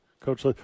Coach